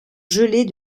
gelée